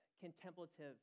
contemplative